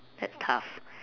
that's tough